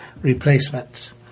replacements